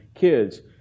kids